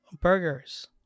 burgers